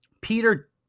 Peter